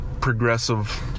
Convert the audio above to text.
progressive